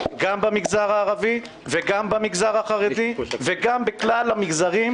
גם במגזר הערבי וגם במגזר החרדי וגם בכלל המגזרים,